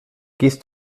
gehst